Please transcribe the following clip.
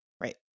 Right